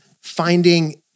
finding